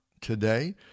today